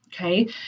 Okay